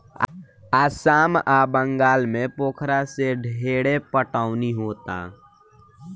आसाम आ बंगाल में पोखरा से ढेरे पटवनी होता